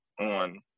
on